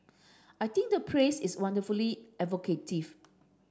I think the phrase is wonderfully evocative